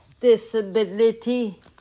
disability